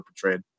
portrayed